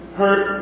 hurt